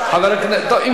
אבל אני לא חושב,